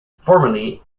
formerly